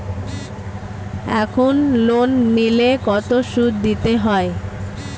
এখন লোন নিলে কত সুদ দিতে হয়?